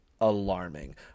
alarming